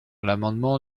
l’amendement